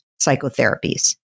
psychotherapies